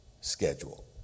schedule